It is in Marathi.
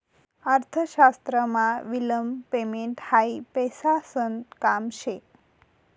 अर्थशास्त्रमा विलंब पेमेंट हायी पैसासन काम शे